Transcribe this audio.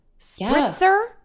spritzer